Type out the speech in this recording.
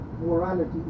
morality